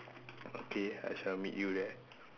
okay I shall meet you there